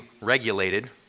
regulated